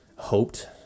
Hoped